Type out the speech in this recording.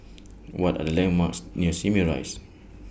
What Are The landmarks near Simei Rise